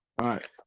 right